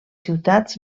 ciutats